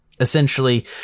essentially